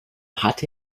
hatte